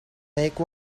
make